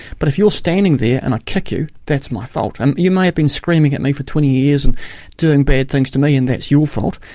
but if you're standing there and i kick you, that's my fault. and you may have been screaming at me for twenty years and doing bad things to me and that's your fault,